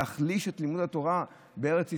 להחליש את לימוד התורה בארץ ישראל?